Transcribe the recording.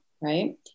right